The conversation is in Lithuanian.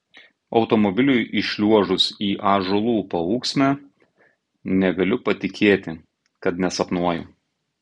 automobiliui įšliuožus į ąžuolų paūksmę negaliu patikėti kad nesapnuoju